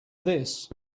this